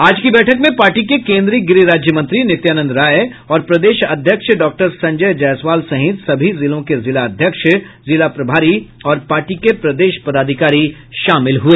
आज की बैठक में पार्टी के केन्द्रीय गृह राज्यमंत्री नित्यानंद राय और प्रदेश अध्यक्ष डाक्टर संजय जायसवाल सहित सभी जिलों के जिलाध्यक्ष जिला प्रभारी और पार्टी के प्रदेश पदाधिकारी शामिल हुए